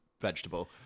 vegetable